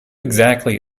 exactly